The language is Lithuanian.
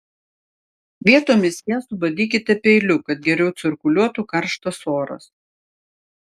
vietomis ją subadykite peiliu kad geriau cirkuliuotų karštas oras